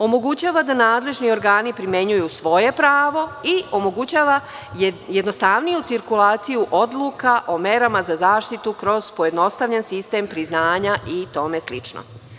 Omogućava da nadležni organi primenjuju svoja prava i omogućava jednostavniju cirkulaciju odluka o merama za zaštitu kroz pojednostavljen sistem priznanja i tome slično.